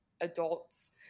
adults